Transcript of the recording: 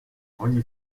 ogni